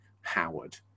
Howard